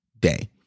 day